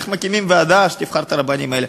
איך מקימים ועדה שתבחר את הרבנים האלה?